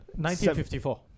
1954